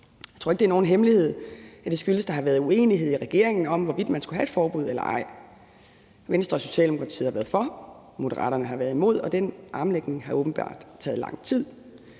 Jeg tror ikke, at det er nogen hemmelighed, at det skyldes, at der har været uenighed i regeringen om, hvorvidt man skulle have et forbud eller ej. Venstre og Socialdemokratiet har været for, Moderaterne har været imod, og den armlægning har åbenbart taget lang tid.